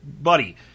buddy